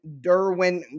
Derwin